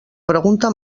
pregunta